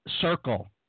Circle